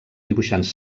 dibuixants